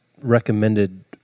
recommended